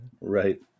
Right